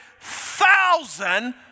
thousand